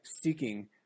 seeking